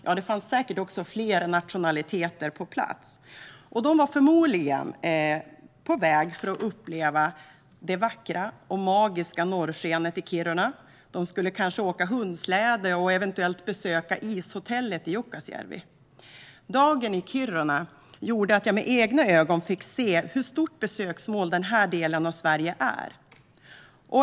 Ja, det fanns säkert fler nationaliteter på plats. De var förmodligen på väg för att uppleva det vackra och magiska norrskenet i Kiruna. De skulle kanske åka hundsläde och besöka Ishotellet i Jukkasjärvi. Dagen i Kiruna gjorde att jag med egna ögon fick se vilket stort besöksmål den här delen av Sverige är.